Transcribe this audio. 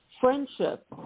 friendship